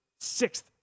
sixth